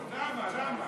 כן, אדוני, חמש דקות.